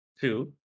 Two